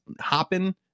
hopping